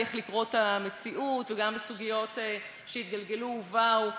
איך לקרוא את המציאות וגם בסוגיות שהתגלגלו ובאו,